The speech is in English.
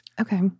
Okay